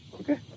Okay